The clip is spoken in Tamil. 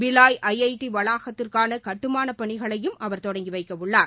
பிலாய் ஐஐடி வளாகத்திற்கான கட்டுமான பணிகளையும் அவர் தொடங்கி வைக்க உள்ளார்